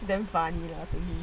damn funny lah to me